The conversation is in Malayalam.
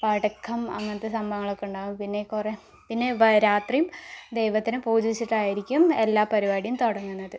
പടക്കം അങ്ങനത്തെ സംഭവങ്ങളൊക്കെ ഉണ്ടാവും പിന്നെ കുറേ പിന്നെ രാത്രിയും ദൈവത്തിനെ പൂജിച്ചിട്ടായിരിക്കും എല്ലാ പരിപാടിയും തുടങ്ങുന്നത്